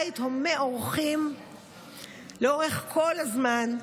בית הומה אורחים לאורך כל הזמן,